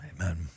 Amen